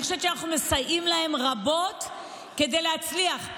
אנחנו מסייעים להן רבות כדי להצליח.